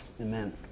Amen